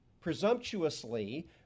presumptuously